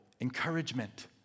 Encouragement